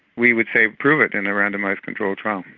we would say prove it in a randomised control trial.